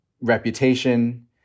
reputation